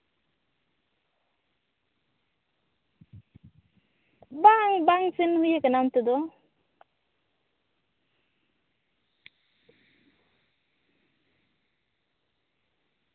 ᱵᱟᱝ ᱵᱟᱝᱥᱮᱱ ᱦᱩᱭ ᱠᱟᱱᱟ ᱚᱱᱛᱮ ᱫᱚ